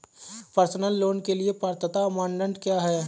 Personal loan के लिए पात्रता मानदंड क्या हैं?